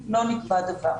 לא נקבע דבר.